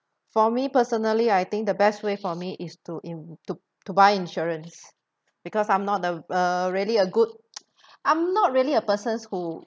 for me personally I think the best way for me is to in~ to to buy insurance because I'm not a uh really a good I'm not really a person who